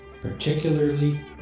particularly